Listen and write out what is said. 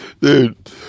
Dude